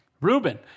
Reuben